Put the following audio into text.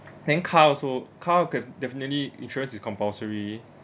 then car also car okay definitely insurance is compulsory